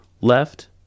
left